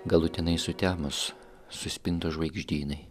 galutinai sutemus suspindo žvaigždynai